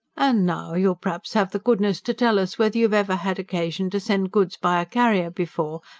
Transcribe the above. and now you'll p'raps have the goodness to tell us whether you've ever had occasion to send goods by a carrier before,